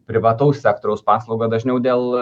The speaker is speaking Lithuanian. privataus sektoriaus paslaugą dažniau dėl